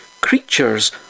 Creatures